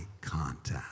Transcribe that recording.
contact